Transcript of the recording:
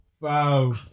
Wow